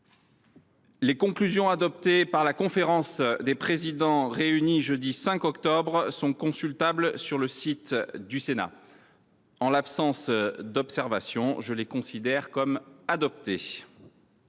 Les conclusions adoptées par la conférence des présidents, réunie le jeudi 5 octobre 2023, sont consultables sur le site du Sénat. En l’absence d’observations, je les considère comme adoptées.